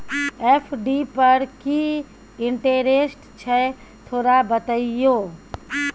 FD पर की interest छय थोरा बतईयो?